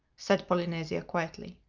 said polynesia quietly.